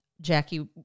Jackie